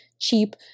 cheap